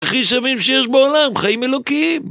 הכי שווים שיש בעולם! חיים אלוקיים!